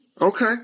Okay